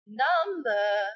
number